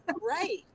right